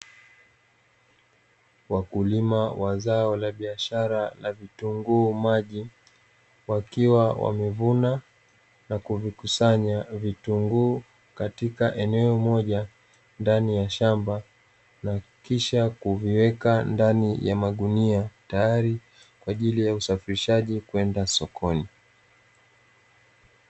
Wakulima wa zao la biashara la vitunguu maji, wakiwa wamevuna na kuvikusanya vitunguu katika eneo moja ndani ya shamba, na kisha kuviweka ndani ya magunia tayari kwa ajili ya usafirishaji kwenda sokoni.